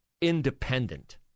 independent